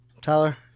Tyler